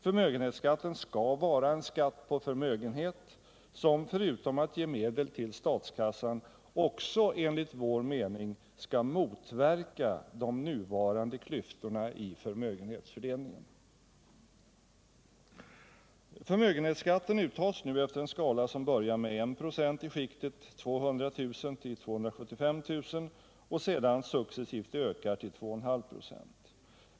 Förmögenhetsskatten skall vara en skatt på förmögenhet som förutom att ge medel till statskassan också enligt vår mening skall motverka de nuvarande klyftorna i förmögenhetsfördelningen. Förmögenhetsskatten uttas nu efter en skala som börjar med dö i skiktet 200 000-275 000 och sedan successivt ökar till 2,5 2ö.